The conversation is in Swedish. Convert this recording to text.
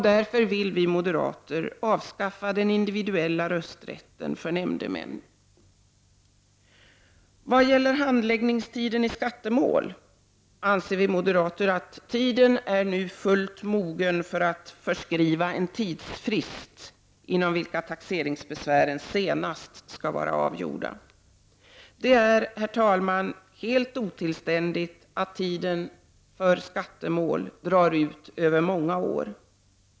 Vi vill därför avskaffa den individuella rösträtten för nämndemän. Vad gäller handläggningstiden i skattemål anser vi moderater nu tiden vara fullt mogen att föreskriva en tidsfrist inom vilken taxeringsbesvär senast skall vara avgjorda Det är, herr talman, helt otillständigt att tiden för skattemål drar ut över många år.